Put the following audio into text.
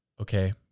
okay